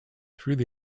through